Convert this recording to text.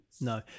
no